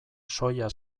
soia